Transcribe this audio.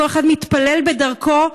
כל אחד מתפלל בדרכו,